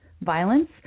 violence